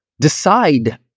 Decide